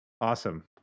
Awesome